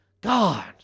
God